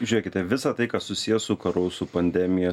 žiūrėkite visą tai kas susiję su karu su pandemija